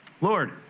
Lord